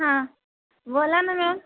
हां बोला ना मॅम